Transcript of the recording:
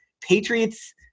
Patriots